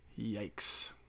Yikes